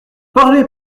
parlez